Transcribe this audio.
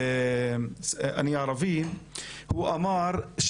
אני ערבי' הוא אמר---